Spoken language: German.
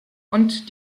und